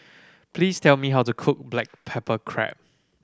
please tell me how to cook black pepper crab